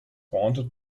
wanted